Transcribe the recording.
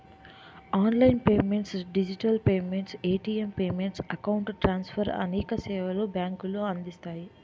online payments digital payments, ATM payments, account transfer అనేక సేవలు బ్యాంకులు అందిస్తాయి